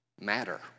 matter